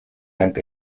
dank